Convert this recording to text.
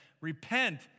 repent